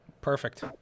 Perfect